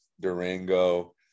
Durango